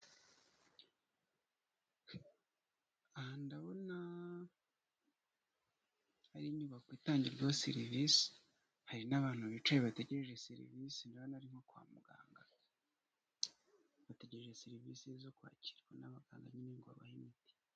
Aha ndabona ari inyubako itangirwaho serivisi hari n'abantu bicaye bategereje serivisi ndabona ari nko kwa muganga, bategereje serivisi zo kwakirwa n'abaganga nyine ngo bahe imiti.